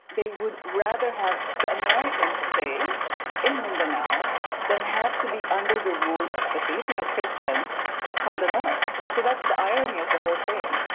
they would rather have the americans stay in mindanao than have to be under the rule of the filipino christians from the north. so that's the irony of the whole thing.